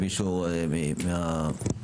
בבקשה.